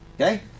Okay